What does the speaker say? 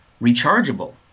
rechargeable